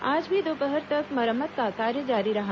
आज भी दोपहर तक मरम्मत का कार्य जारी रहा